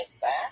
back